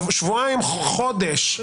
שבועיים-חודש,